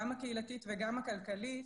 גם הקהילתית וגם הכלכלית,